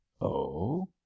Oh